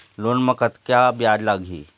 Loan म कतका ब्याज लगही?